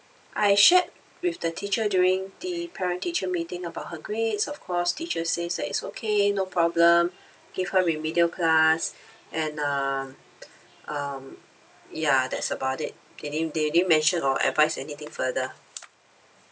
I shared with the teacher during the parent teacher meeting about her grades of course teacher says that it's okay no problem give her remedial class and um um ya that's about it they didn't they didn't mention or advise anything further